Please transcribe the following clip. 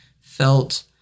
felt